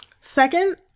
Second